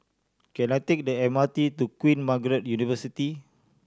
can I take the M R T to Queen Margaret University